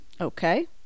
Okay